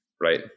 right